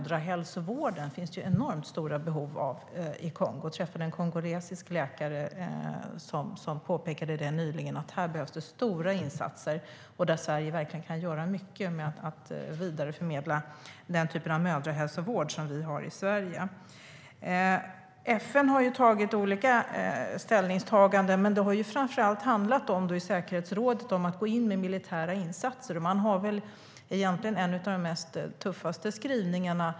Det finns enorma behov av mödrahälsovård i Kongo. Jag träffade en kongolesisk läkare nyligen som påpekade att det behövs stora insatser. Sverige kan verkligen göra mycket genom att vidareförmedla den typ av mödrahälsovård som vi har i Sverige.FN har gjort olika ställningstaganden, men det har framför allt handlat om, i säkerhetsrådet, att gå in med militära insatser. Man har väl egentligen en av de tuffaste skrivningarna.